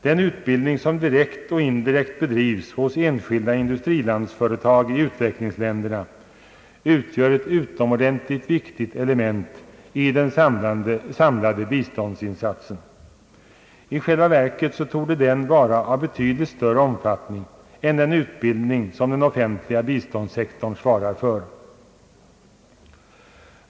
Den utbildning som direkt och indirekt bedrivs hos enskilda industrilandsföretag i utvecklingsländerna utgör ett utomordentligt viktigt element i den samlade biståndsinsatsen. I själva verket torde den vara av betydligt större omfattning än den utbildning som den offentliga biståndssektorn svarar för.